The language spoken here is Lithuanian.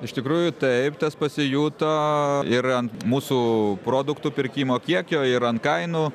iš tikrųjų taip tas pasijuto ir ant mūsų produktų pirkimo kiekio ir ant kainų